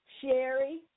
Sherry